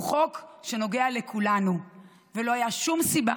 הוא חוק שנוגע לכולנו ולא הייתה שום סיבה